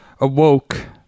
awoke